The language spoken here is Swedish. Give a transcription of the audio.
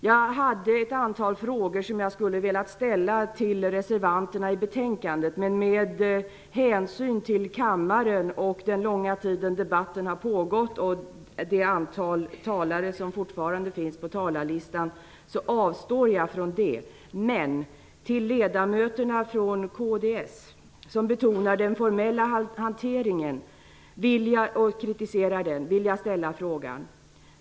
Jag hade ett antal frågor som jag skulle vilja ställa till de som har reserverat sig i betänkandet. Med hänsyn till kammaren, den långa tid debatten har pågått och det antal talare som fortfarande står på talarlisten, avstår jag från det. Till ledamöterna från kds, som betonar och kritiserar den formella hanteringen, vill jag ändå ställa en fråga.